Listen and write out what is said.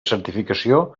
certificació